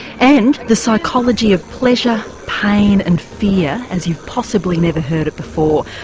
and the psychology of pleasure, pain and fear as you've possibly never heard it before,